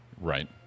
Right